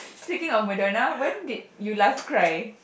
speaking of Madonna when did you last cry